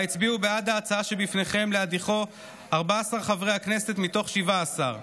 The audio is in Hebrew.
שבה הצביעו בעד ההצעה שבפניכם להדיחו 14 חברי כנסת מתוך 17,